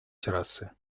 террасы